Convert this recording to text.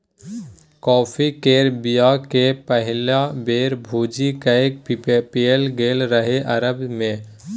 coffee केर बीया केँ पहिल बेर भुजि कए पीएल गेल रहय अरब मे